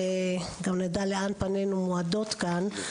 ולפני שנדע לאן פנינו מועדות כאן,